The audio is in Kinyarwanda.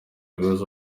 guhuza